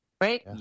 right